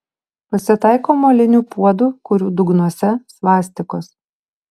pasitaiko molinių puodų kurių dugnuose svastikos